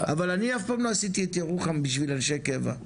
אבל אני אף פעם לא עשיתי את ירוחם בשביל אנשי קבע,